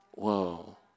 Whoa